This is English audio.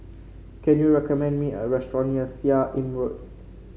can you recommend me a restaurant near Seah Im Road